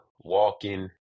walking